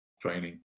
training